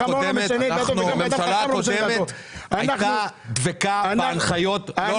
הממשלה הקודמת דבקה בהנחיות לא רלוונטיות.